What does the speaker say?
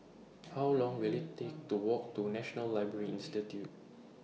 How Long Will IT Take to Walk to National Library Institute